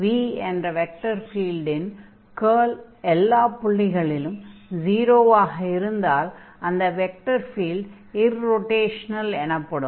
v என்ற vector ஃபீல்டின் curl எல்லாப் புள்ளிகளிலும் 0 ஆக இருந்தால் அந்த வெக்டர் ஃபீல்ட் இர்ரொடேஷனல் எனப்படும்